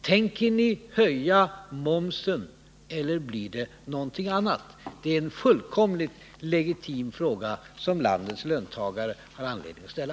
Tänker ni höja momsen eller blir det någonting annat? — Det är en fullkomligt legitim fråga, som landets löntagare har anledning att ställa.